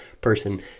person